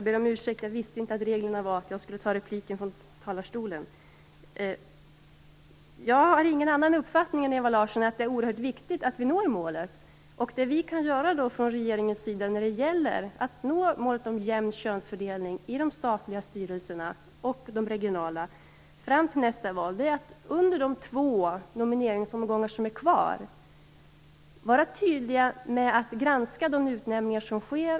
Herr talman! Jag har ingen annan uppfattning än Ewa Larsson, att det är oerhört viktigt att vi når målet. Vad regeringen kan göra när det gäller att nå målet om en jämn könsfördelning i statliga och regionala styrelser fram till nästa val är att under de två nomineringsomgångar som återstår vara tydlig med att granska de utnämningar som sker.